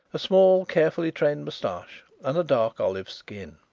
a small, carefully trained moustache, and a dark olive skin.